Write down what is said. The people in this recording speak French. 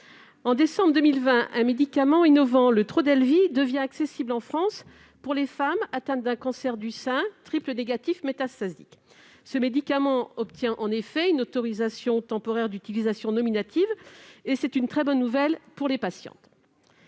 En décembre 2020, un médicament innovant, le Trodelvy, est devenu accessible en France pour les femmes atteintes d'un cancer du sein « triple négatif » métastatique. Ce médicament a obtenu une autorisation temporaire d'utilisation (ATU) nominative : c'était une excellente nouvelle pour les patientes.